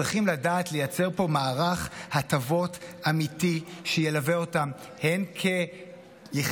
צריכים לדעת לייצר פה מערך הטבות אמיתי שילווה אותם הן כיחידים,